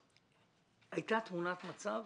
הייתה תמונת מצב